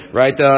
right